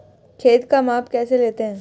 खेत का माप कैसे लेते हैं?